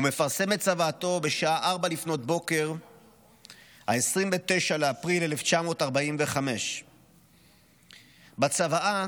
הוא מפרסם את צוואתו בשעה 04:00 ב-29 באפריל 1945. בצוואה